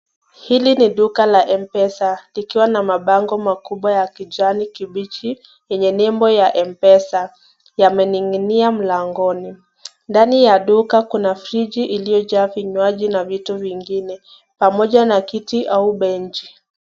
Hili ni duka la mpesa, ikiwa na mabango makubwa, ya kijani kibichi enye nembo ya mpesa yamening'inia mlangani, ndani ya duka kuna friji, ya vinyuaji pamoja na kiti na vitu vingi.